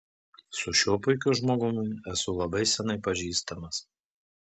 su šiuo puikiu žmogumi esu labai seniai pažįstamas